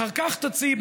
אחר כך תציעי,